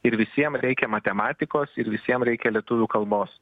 ir visiem reikia matematikos ir visiem reikia lietuvių kalbos